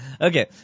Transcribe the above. Okay